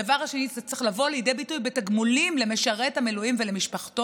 הדבר השני: זה צריך לבוא לידי ביטוי בתגמולים למשרת המילואים ולמשפחתו.